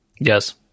Yes